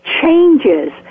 changes